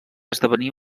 esdevenir